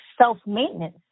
self-maintenance